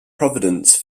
providence